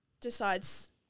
decides